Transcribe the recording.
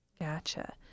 Gotcha